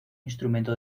instrumento